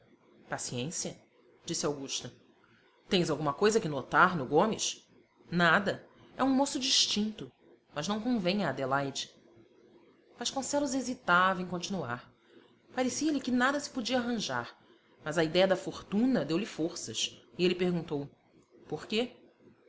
paciência disse augusta tens alguma coisa que notar no gomes nada é um moço distinto mas não convém a adelaide vasconcelos hesitava em continuar parecia-lhe que nada se podia arranjar mas a idéia da fortuna deu-lhe forças e ele perguntou por quê